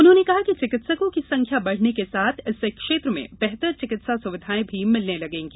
उन्होंने कहा कि चिकित्सकों की संख्या बढ़ने के साथ इससे क्षेत्र में बेहतर चिकित्सा स्विधाएं भी मिलने लगेंगी